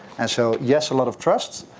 and so, yes, a lot of trust,